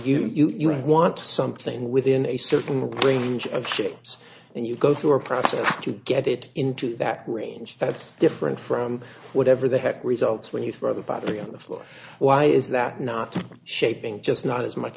you want something within a certain range of chips and you go through a process to get it into that range that's different from whatever the heck results when you throw the battery on the floor why is that not shaping just not as much